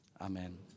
Amen